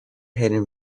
hidden